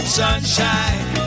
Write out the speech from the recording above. sunshine